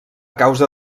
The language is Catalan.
causa